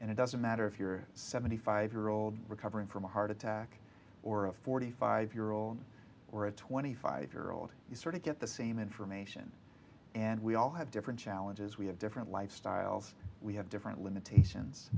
and it doesn't matter if you're seventy five year old recovering from a heart attack or a forty five year old or a twenty five year old you sort of get the same information and we all have different challenges we have different lifestyles we have different limitations